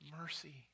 mercy